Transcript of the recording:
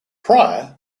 prior